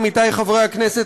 עמיתי חברי הכנסת,